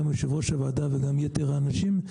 גם יושב-ראש הוועדה וגם יתר האנשים.